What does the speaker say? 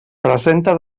presenta